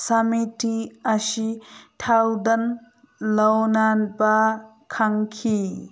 ꯁꯃꯤꯇꯤ ꯑꯁꯤ ꯊꯧꯒꯟ ꯂꯧꯅꯕ ꯈꯪꯈꯤ